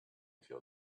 feel